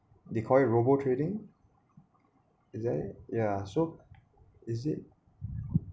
they call it robo trading is that yeah so is it